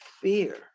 fear